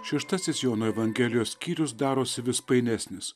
šeštasis jono evangelijos skyrius darosi vis painesnis